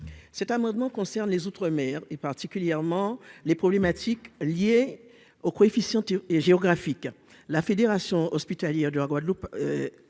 cet amendement concerne les outre-mer et particulièrement les problématiques liées au coefficient tu es géographique, la Fédération hospitalière de la Guadeloupe,